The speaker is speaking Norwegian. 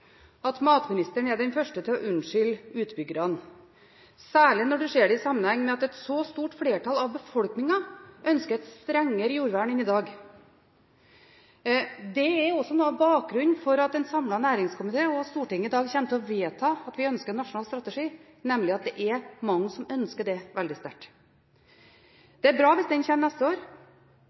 den første til å unnskylde utbyggerne, særlig når en ser det i sammenheng med at et så stort flertall av befolkningen ønsker et strengere jordvern enn i dag. Det er også noe av bakgrunnen for at en samlet næringskomité og Stortinget i dag kommer til å vedta at vi ønsker en nasjonal strategi, nemlig at det er mange som ønsker det veldig sterkt. Det er bra hvis den kommer neste år.